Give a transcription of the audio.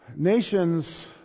Nations